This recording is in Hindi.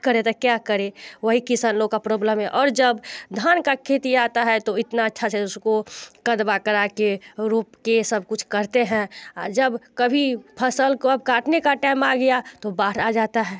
कर दिया जाता है क्या करें वही किसान लोगों का प्रोब्लम है और जब धान का खेती आता है तो इतना अच्छा से उसको कदवा करा के रोप के सब कुछ करते हैं जब कभी फसल को अब काटने का टेम आ गया तो बाढ़ आ जाता है